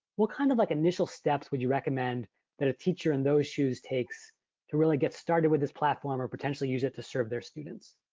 what kind of like initial steps would you recommend that a teacher in those shoes takes to really get started with this platform or potentially use it to serve their students?